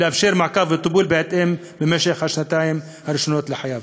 ולאפשר מעקב וטיפול בהתאם במשך השנתיים הראשונות לחייו.